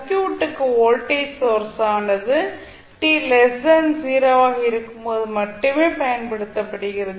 சர்க்யூட்டுக்கு வோல்டேஜ் சோர்ஸானது t 0 ஆக இருக்கும்போது மட்டுமே பயன்படுத்தப்படுகிறது